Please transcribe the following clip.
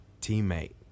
teammate